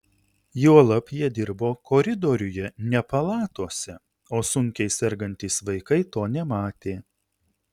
juolab jie dirbo koridoriuje ne palatose o sunkiai sergantys vaikai to nematė